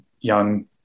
young